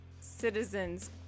Citizens